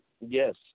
yes